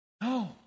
No